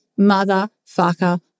motherfucker